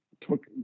took